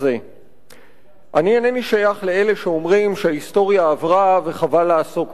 אני אינני שייך לאלה שאומרים שההיסטוריה עברה וחבל לעסוק בה.